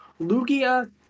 Lugia